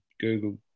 Google